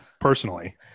personally